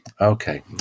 Okay